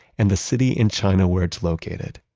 and the city in china where it's located.